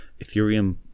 ethereum